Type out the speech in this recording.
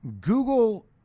Google